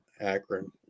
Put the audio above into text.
Akron